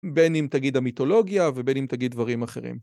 בין אם תגיד המיתולוגיה ובין אם תגיד דברים אחרים.